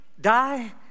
die